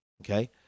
okay